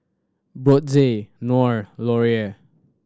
Brotzeit Knorr Laurier